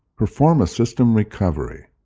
perform a system recovery.